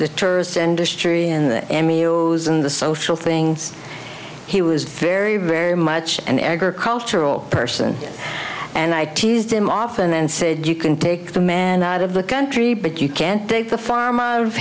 the tourists and the in the in the social things he was very very much an agricultural person and i teased him often and said you can take the man out of the country but you can't take the